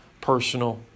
personal